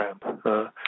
program